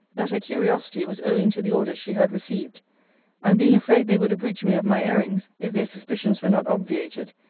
that her curiosity was owing to the orders she had received and being afraid they would abridge me of my airings, if their suspicions were not obviated,